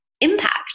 impact